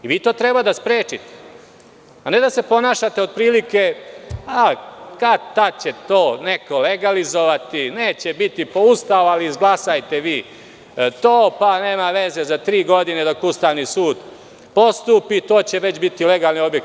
Vi to treba da sprečite, a ne da se ponašate otprilike – kad-tad će to neko legalizovati, neće biti po Ustavu, ali izglasajte vi to, pa nema veze, za tri godine dok Ustavni sud postupi, to će već biti legalni objekti.